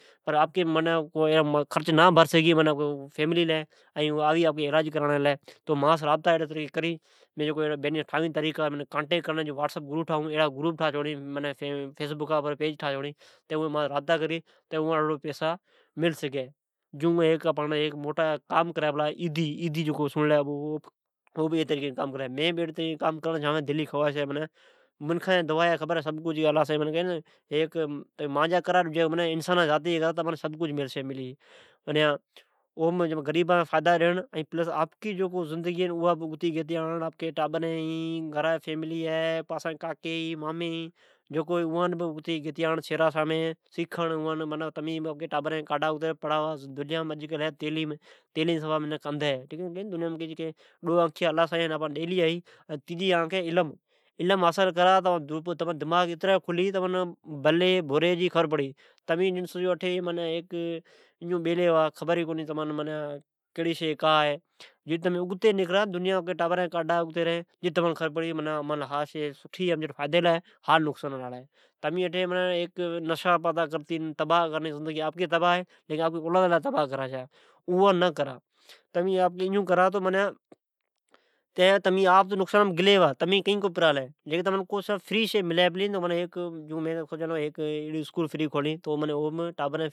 پر آپکا معنی خرچ نہ بھرسگھی فیملی لی ۔ این آوی آپکا علاج کرانڑی لی تو مانس رابطا ایڑی طریقی سے کری ۔ مین بہ ایڑا طریقا ٹھاوئن واسٹاپ پر یا فیسبکا پر ایڑا گریپ ٹھاوین جکو مانس رابطا کرسگھی۔ جون اواں پہسہ ملی سگھی ۔جون ھیک کام کری پلا ایدی کری پلا ۔ او بھی کام کری پلا ای طریقی سے مین بھی ساگھی طریقی سے کام کرنڑ چاوں ۔ ماں جی دلی جی خواش ھی ، بگوان کی چھے تمی ماجی کرا این انسان ذاتی جی کرا تو تمان سب کچھ ملی۔ غریب نہ فائیدا ڈیئنڑ این آپکو زندگی بھے اگتے گتے آرنڑ ۔ آپکی زندگی سداری این آپکئ ٹابران فیملی جی بہ زندگی سدارین ۔ اوس پچھے آپکے کاکے ،مامے ھے اوان بھی اگتی جیتی آنڑڑ شھرا سامیائین اوان جی ٹابرین جی تعلیم ڈی کاتو آپرڑی لے تعلیم ھی واعد ذریا ھے ۔ دنیانم ھی اج کل تعلیم ، تلیم سوا منکھ اندھی ہے ۔ منکھین کئی چھے تو ڈو آنکھیا اللہ ڈیلیا ھے ۔ ھیک آنکھ ھی علم ۔ علم حاصل اوم تمان بھلے بھوری جی خبر پڑی ۔تمان کے شئی جی خبر کونی۔ دنیا مین اگتے نکرا این آپکے ٹابرین بھے اگتے کاڈا ، اٹھے ایون بیلے ھوا نش مین تمچے زندگی تو ختم کرلے ھے این ٹابران جی بھی ۔تمی تو کئی کونی پرالی۔ تمین ائون کر تو کو شئی فری ملی پلی جو مین کیلے اسکول کھولی